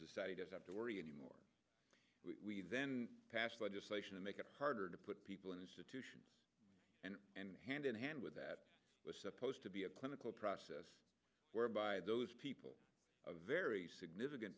society doesn't have to worry anymore we then pass legislation to make it harder to put people in institutions and and hand in hand with that was supposed to be a clinical process whereby those people a very significant